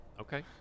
okay